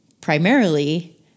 primarily